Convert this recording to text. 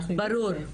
ברור.